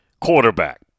quarterback